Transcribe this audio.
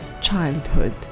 childhood